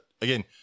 again